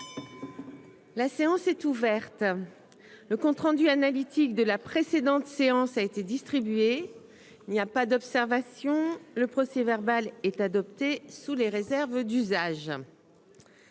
La séance est ouverte, le compte rendu analytique de la précédente séance a été distribué, il n'y a pas d'observation, le procès verbal est adopté sous les réserves d'usage,